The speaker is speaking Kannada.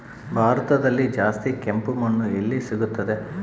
ಭಾರತದಲ್ಲಿ ಜಾಸ್ತಿ ಕೆಂಪು ಮಣ್ಣು ಎಲ್ಲಿ ಸಿಗುತ್ತದೆ?